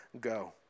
go